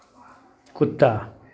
कुत्ता